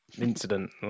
incident